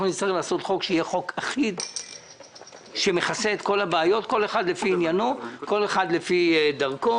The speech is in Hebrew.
אנחנו נצטרך ליצור חוק אחיד שמכסה את כל הבעיות כל מקרה לפי דרכו.